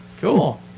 Cool